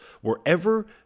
wherever